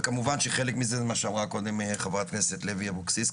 וכמובן שחלק מזה זה מה שאמרה קודם חברת הכנסת לוי אבקסיס,